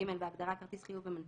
(ג)בהגדרה "כרטיס חיוב" ו-"מנפיק",